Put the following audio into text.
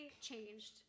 changed